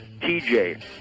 TJ